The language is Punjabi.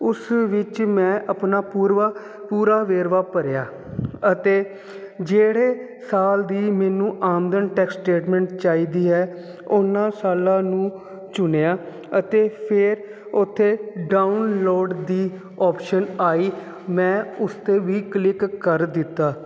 ਉਸ ਵਿੱਚ ਮੈਂ ਆਪਣਾ ਪੂਰਵਾ ਪੂਰਾ ਵੇਰਵਾ ਭਰਿਆ ਅਤੇ ਜਿਹੜੇ ਸਾਲ ਦੀ ਮੈਨੂੰ ਆਮਦਨ ਟੈਕਸ ਸਟੇਟਮੈਂਟ ਚਾਹੀਦੀ ਹੈ ਉਹਨਾਂ ਸਾਲਾਂ ਨੂੰ ਚੁਣਿਆ ਅਤੇ ਫਿਰ ਉੱਥੇ ਡਾਊਨਲੋਡ ਦੀ ਆਪਸ਼ਨ ਆਈ ਮੈਂ ਉਸ 'ਤੇ ਵੀ ਕਲਿੱਕ ਕਰ ਦਿੱਤਾ